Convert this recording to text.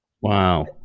wow